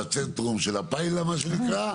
בצנטרום של הפיילה מה שנקרא,